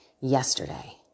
yesterday